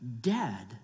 dead